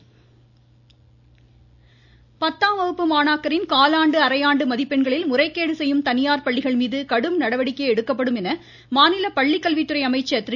செங்கோட்டையன் பத்தாம் வகுப்பு மாணாக்கரின் காலாண்டு அரையாண்டு மதிப்பெண்களில் முறைகேடு செய்யும் தனியார் பள்ளிகள் மீது கடும் நடவடிக்கை எடுக்கப்படும் என மாநில பள்ளிக்கல்வித்துறை அமைச்சர் திரு